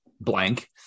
blank